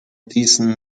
diesen